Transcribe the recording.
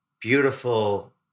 Beautiful